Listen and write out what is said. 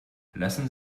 lassen